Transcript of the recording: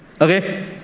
Okay